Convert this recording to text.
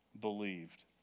believed